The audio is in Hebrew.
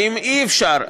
ואם אי-אפשר,